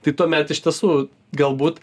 tai tuomet iš tiesų galbūt